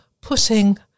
putting